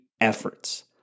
efforts